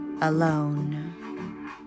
alone